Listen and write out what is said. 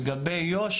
לגבי איו"ש